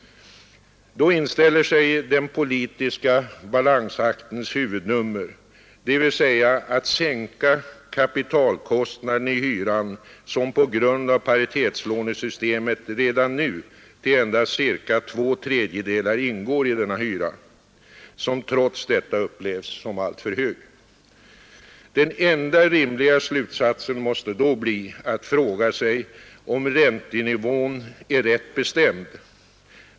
Då inställer sig den politiska balansaktens huvudnummer, dvs. att sänka kapitalkostnaden i hyran. Denna kostnad ingår på grund av paritetslånesystemet redan nu till endast cirka två tredjedelar i hyran, vilken trots detta upplevs som alltför hög. Den enda rimliga slutsatsen måste då bli att fråga sig om räntenivån är rätt bestämd.